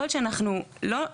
יכול להיות שאנחנו לא,